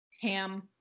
Ham